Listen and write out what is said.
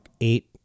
eight